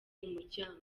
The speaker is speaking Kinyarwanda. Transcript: umuryango